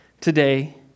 today